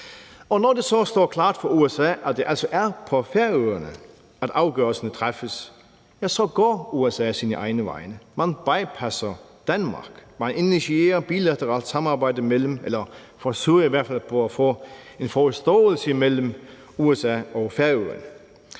når det så står klart for USA, at det altså er på Færøerne, afgørelsen træffes, så går USA sine egne veje – man bypasser Danmark. Man initierer et bilateralt samarbejde eller forsøger i hvert fald på at få en forståelse mellem USA og Færøerne.